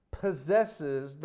possesses